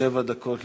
שבע דקות לרשותך.